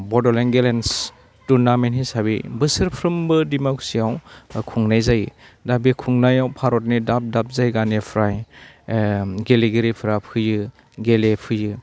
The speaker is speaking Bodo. बड'लेण्ड गेलेन्स टुर्नामेन्ट हिसाबै बोसोरफ्रोमबो दिमाकुसियाव खुंनाय जायो दा बे खुंनायाव भारतनि दाब दाब जायगानिफ्राय गेलेगिरिफोरा फैयो गेलेफैयो